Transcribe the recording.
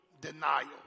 Denial